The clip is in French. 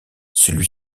celui